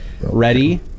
Ready